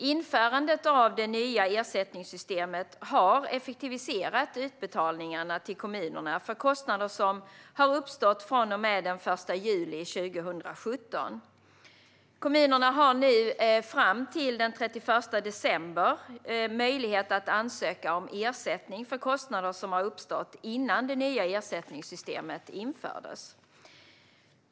Införandet av det nya ersättningssystemet har effektiviserat utbetalningarna till kommunerna för kostnader som uppstått från och med den 1 juli 2017. Kommunerna har fram till den 31 december möjlighet att ansöka om ersättning för kostnader som uppstått innan det nya ersättningssystemet infördes.